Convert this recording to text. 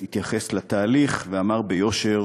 הוא התייחס לתהליך ואמר ביושר: